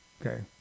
okay